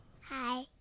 Hi